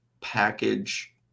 package